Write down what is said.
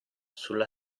sulla